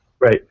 right